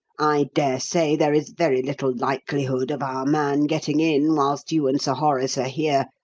i dare say there is very little likelihood of our man getting in whilst you and sir horace are here,